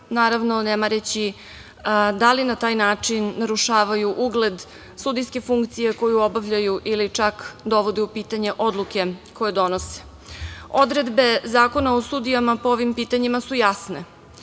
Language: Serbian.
naravno ne mareći da li na taj način narušavaju ugled sudijske funkcije koju obavljaju ili čak dovode u pitanje odluke koje donose. Odredbe Zakona o sudijama po ovim pitanjima su jasne.